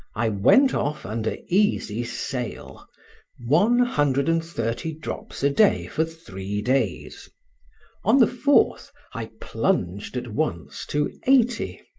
i went off under easy sail one hundred and thirty drops a day for three days on the fourth i plunged at once to eighty.